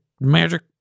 magic